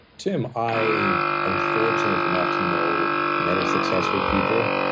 tim, i am fortunate enough to know many successful people,